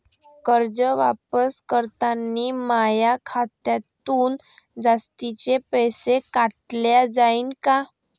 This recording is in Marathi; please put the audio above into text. कर्ज वापस करतांनी माया खात्यातून जास्तीचे पैसे काटल्या जाईन का?